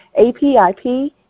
APIP